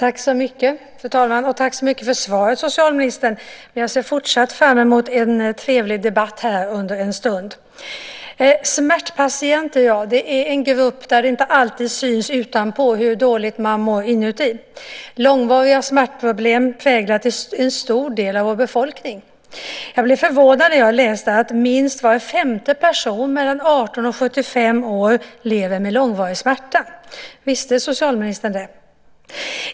Fru talman! Tack så mycket för svaret, socialministern! Jag ser fram emot en fortsatt trevlig debatt här. Smärtpatienter är en grupp där det inte alltid syns utanpå hur dåligt man mår inuti. Långvariga smärtproblem präglar en stor del av vår befolkning. Jag blev förvånad när jag läste att minst var femte person mellan 18 och 75 år lever med långvarig smärta. Visste socialministern det?